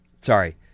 Sorry